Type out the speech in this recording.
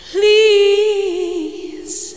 Please